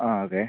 ആ അതെ